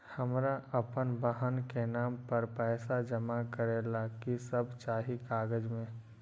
हमरा अपन बहन के नाम पर पैसा जमा करे ला कि सब चाहि कागज मे?